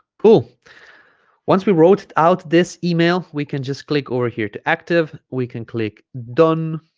cool once we wrote out this email we can just click over here to active we can click done